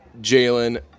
Jalen